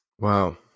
Wow